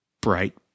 bright